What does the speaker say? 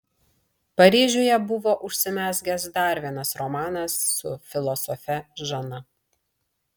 paryžiuje buvo užsimezgęs dar vienas romanas su filosofe žana